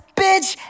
bitch